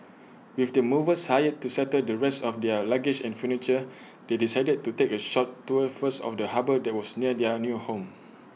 with the movers hired to settle the rest of their luggage and furniture they decided to take A short tour first of the harbour that was near their new home